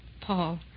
Paul